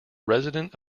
resident